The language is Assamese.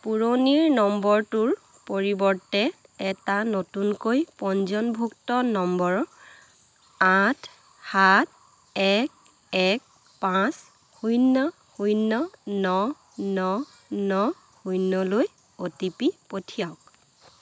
পুৰণিৰ নম্বৰটোৰ পৰিৱৰ্তে এটা নতুনকৈ পঞ্জীয়নভুক্ত নম্বৰ আঠ সাত এক এক পাঁচ শূন্য শূন্য ন ন ন শূন্যলৈ অ' টি পি পঠিয়াওক